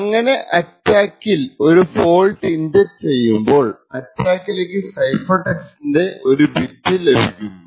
അങ്ങനെ ഈ അറ്റാക്കിൽ ഒരു ഫോൾട്ട് ഇൻജെക്ട് ചെയ്യുമ്പോൾ അറ്റാക്കിലേക്ക് സൈഫർ ടെക്സ്റ്റിന്റെ ഒരു ബിറ്റ് ലഭിക്കുന്നു